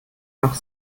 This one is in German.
nach